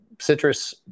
citrus